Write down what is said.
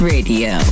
Radio